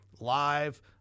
live